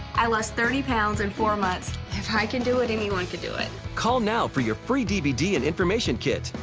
i lost thirty pounds in four months. if i could do it, anyone can do it. call now for your free dvd and information kit.